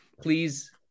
please